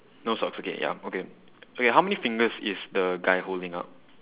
no socks okay ya okay okay how many fingers is the guy holding up